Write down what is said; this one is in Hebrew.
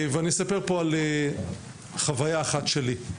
ואספר פה על חוויה אחת שלי: